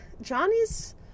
Johnny's